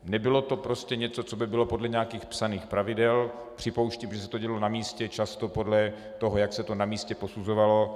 Nebylo to něco, co by bylo podle nějakých psaných pravidel, připouštím, že se to dělo na místě, často podle toho, jak se to na místě posuzovalo.